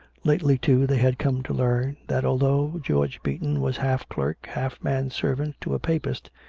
lately, too, they had come to learn, that although george beaton was half clerk, half man-servant, to a papist,